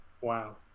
wow